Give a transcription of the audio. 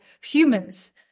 humans